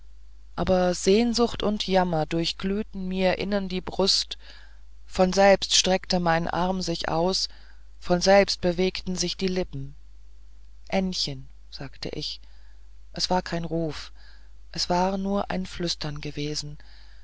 aber sehnsucht und jammer durchglühten mir innen die brust von selber streckte mein arm sich aus von selbst bewegten sich die lippen ännchen sagt ich es war kein rufen es war nur ein flüstern gewesen